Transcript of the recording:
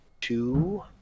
two